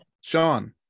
sean